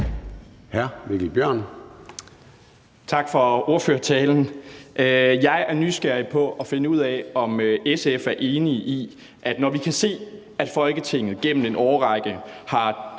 Tak for ordførertalen. Jeg er nysgerrig efter at finde ud af, om SF er enig i, at når vi kan se, at Folketinget igennem en årrække,